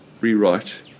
rewrite